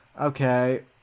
Okay